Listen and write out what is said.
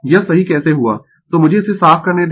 यह सही कैसे हुआ तो मुझे इसे साफ करने दें